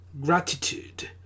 gratitude